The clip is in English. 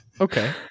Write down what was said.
Okay